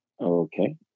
Okay